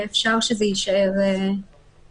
זה נשמע טיפה סמנטי אבל יש פה ניואנס.